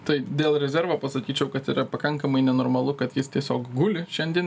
tai dėl rezervo pasakyčiau kad yra pakankamai nenormalu kad jis tiesiog guli šiandien